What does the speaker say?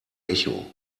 echo